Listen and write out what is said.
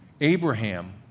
Abraham